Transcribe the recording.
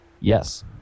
Yes